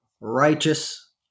righteous